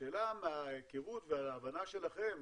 והשאלה מההיכרות ומההבנה שלכם,